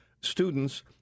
students